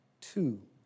two